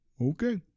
Okay